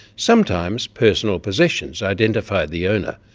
sometimes personal possessions identified the owner,